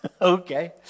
okay